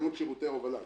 בתקנות שירותי הובלה?